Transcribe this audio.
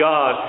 God